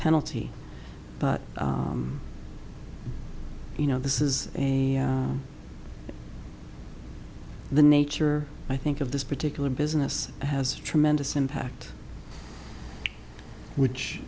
penalty but you know this is a the nature i think of this particular business has a tremendous impact which